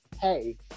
hey